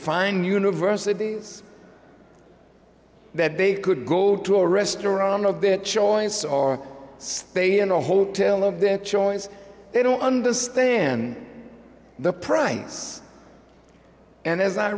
find university that they could go to a restaurant of their choice or stay in a hotel of their choice they don't understand the price and as i